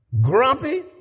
grumpy